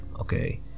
okay